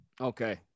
Okay